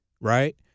right